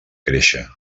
créixer